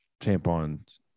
tampons